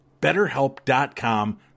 Betterhelp.com